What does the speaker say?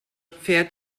fährt